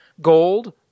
Gold